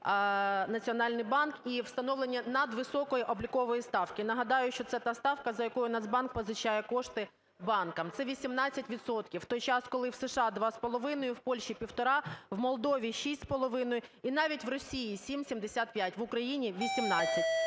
Національний банк, і встановлення надвисокої облікової ставки. Нагадаю, що це та ставка, за якою Нацбанк позичає кошти банкам, це 18 відсотків, в той час, коли в США – 2,5, в Польші – 1,5, в Молдові – 6,5 і навіть в Росії – 7,75, в Україні – 18.